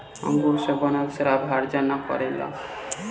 अंगूर से बनल शराब हर्जा ना करेला